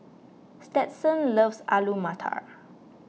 Stetson loves Alu Matar